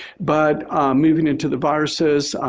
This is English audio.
but moving into the viruses,